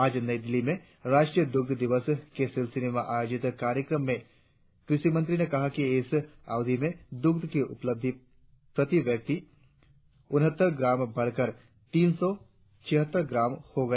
आज नई दिल्ली में राष्ट्रीय द्रग्घ दिवस के सिलसिले में आयोजित कार्यक्रम में कृषि मंत्री ने कहा कि इस अवधि में दुग्ध की उपलब्धता प्रति व्यक्ति उनहत्तर ग्राम बढ़कर तीन सौ छिहत्तर ग्राम हो गया